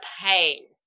pain